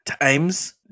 times